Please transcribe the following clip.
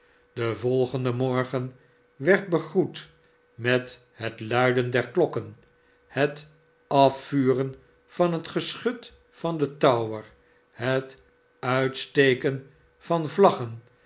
de volgende morgen werd begroet met het luiden der klokken het afvuren van het geschut van den tower het uitsteken van vlaggen